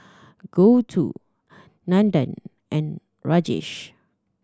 Gouthu Nandan and Rajesh